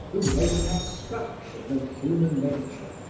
who make an abstraction of human nature,